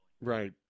Right